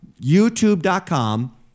youtube.com